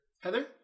Heather